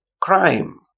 crime